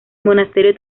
monasterio